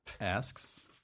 asks